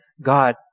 God